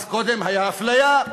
קודם הייתה אפליה,